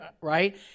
right